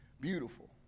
beautiful